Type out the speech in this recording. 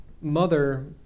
mother